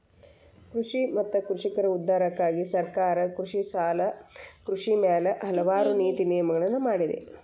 ಕೃಷಿ ಮತ್ತ ಕೃಷಿಕರ ಉದ್ಧಾರಕ್ಕಾಗಿ ಸರ್ಕಾರ ಕೃಷಿ ಮ್ಯಾಲ ಹಲವಾರು ನೇತಿ ನಿಯಮಗಳನ್ನಾ ಮಾಡಿದೆ